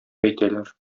әйтәләр